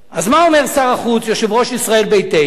אז מה אומר שר החוץ, יושב-ראש ישראל ביתנו?